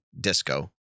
disco